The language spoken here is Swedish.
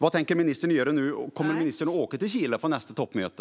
Vad tänker ministern göra nu? Kommer ministern att åka till Chile och nästa toppmöte?